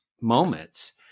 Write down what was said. moments